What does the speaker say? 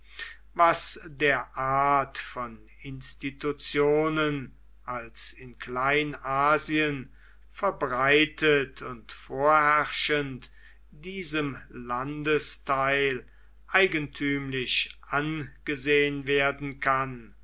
was der art von institutionen als in kleinasien verbreitet und vorherrschend diesem landesteil eigentümlich angesehen werden kann